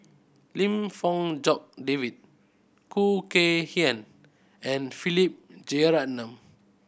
Lim Fong Jock David Khoo Kay Hian and Philip Jeyaretnam